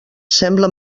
sembla